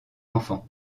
enfants